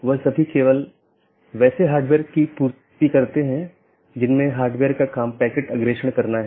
वर्तमान में BGP का लोकप्रिय संस्करण BGP4 है जो कि एक IETF मानक प्रोटोकॉल है